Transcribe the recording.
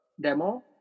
demo